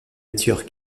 nature